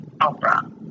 Oprah